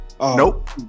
Nope